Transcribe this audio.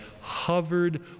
hovered